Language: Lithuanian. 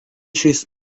šis